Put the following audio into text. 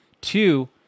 Two